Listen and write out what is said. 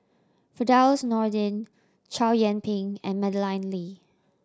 Firdaus Nordin Chow Yian Ping and Madeleine Lee